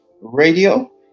Radio